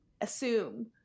assume